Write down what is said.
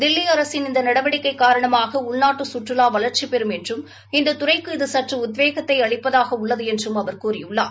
தில்லி அரசின் இந்த நடவடிக்கை காரணமாக உள்நாட்டு சுற்றுலா வளர்ச்சிபெறும் என்றும் இந்த துறைக்கு இது சற்று உத்வேகத்தை அளிப்பதாக உள்ளது என்று அவர் கூறியுள்ளார்